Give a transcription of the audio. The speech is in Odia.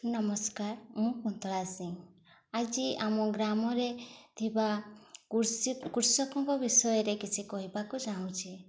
ନମସ୍କାର ମୁଁ କୁନ୍ତଳା ସିଂ ଆଜି ଆମ ଗ୍ରାମରେ ଥିବା କୃଷକଙ୍କ ବିଷୟରେ କିଛି କହିବାକୁ ଚାହୁଁଛି